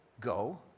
go